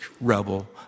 rebel